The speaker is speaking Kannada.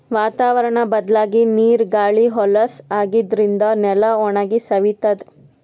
ವಾತಾವರ್ಣ್ ಬದ್ಲಾಗಿ ನೀರ್ ಗಾಳಿ ಹೊಲಸ್ ಆಗಾದ್ರಿನ್ದ ನೆಲ ಒಣಗಿ ಸವಿತದ್